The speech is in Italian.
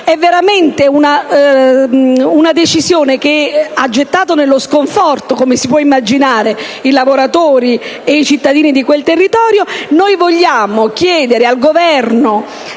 dunque, di una decisione che ha gettato nello sconforto - come si può immaginare - i lavoratori ed i cittadini di quel territorio. Pertanto, chiediamo al Governo